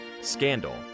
scandal